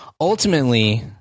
Ultimately